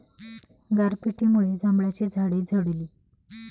गारपिटीमुळे जांभळाची झाडे झडली